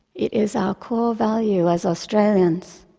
it is our core value as australians.